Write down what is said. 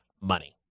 money